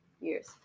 years